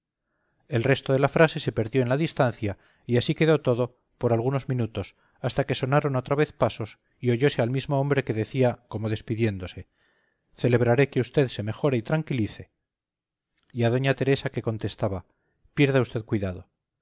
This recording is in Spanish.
el resto de la frase se perdió en la distancia y así quedó todo por algunos minutos hasta que sonaron otra vez pasos y oyóse al mismo hombre que decía como despidiéndose celebraré que usted se mejore y tranquilice y a doña teresa que contestaba pierda usted cuidado